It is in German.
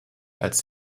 als